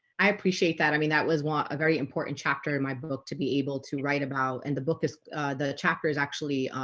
i appreciate that i mean that was one a very important chapter in my book to be able to write about and the book is the chapter is actually